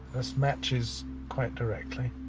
this matches quite directly,